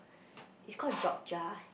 it's called Jogja